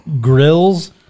Grills